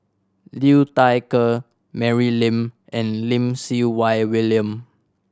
Liu Thai Ker Mary Lim and Lim Siew Wai William